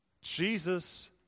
Jesus